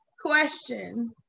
question